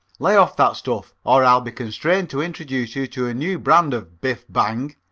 lay off that stuff or i'll be constrained to introduce you to a new brand of biff! bang